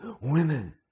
women